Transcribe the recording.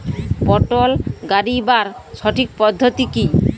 পটল গারিবার সঠিক পদ্ধতি কি?